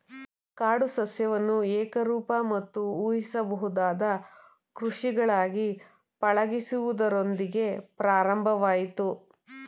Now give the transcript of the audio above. ಕಾಡು ಸಸ್ಯವನ್ನು ಏಕರೂಪ ಮತ್ತು ಊಹಿಸಬಹುದಾದ ಕೃಷಿಗಳಾಗಿ ಪಳಗಿಸುವುದರೊಂದಿಗೆ ಪ್ರಾರಂಭವಾಯ್ತು